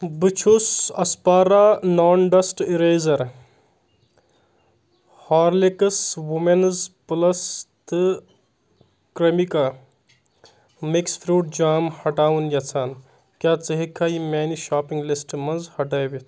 بہٕ چھُس اسپارا non dust eraser Horlicks women's plus تہٕ کرٛٮ۪مِکا مِکس فروٗٹ جام ہٹاوُن یژھان کیٛاہ ژٕ ہٮ۪کہٕ یِم میانہِ شاپنگ لسٹہٕ منٛز ہٹٲوِتھ